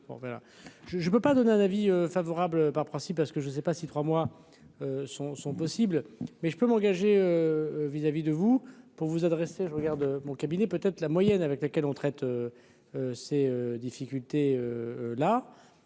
je ne peux pas donner un avis favorable par principe parce que je sais pas si trois mois sont sont possibles, mais je peux m'engager vis-à-vis de vous pour vous adresser, je regarde mon cabinet peut être la moyenne avec laquelle on traite ces difficultés là